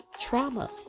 trauma